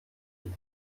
die